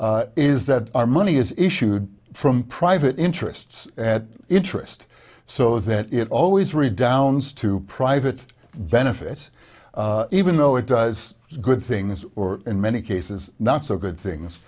is that our money is issued from private interests at interest so that it always redounds to private benefit even though it does good things or in many cases not so good things